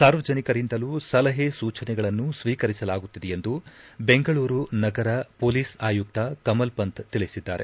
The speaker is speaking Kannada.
ಸಾರ್ವಜನಿಕರಿಂದಲೂ ಸಲಹೆ ಸೂಚನೆಗಳನ್ನು ಸ್ವೀಕರಿಸಲಾಗುತ್ತಿದೆ ಎಂದು ಬೆಂಗಳೂರು ನಗರ ಪೊಲೀಸ್ ಆಯುಕ್ತ ಕಮಲ್ ಪಂಥ್ ತಿಳಿಸಿದ್ದಾರೆ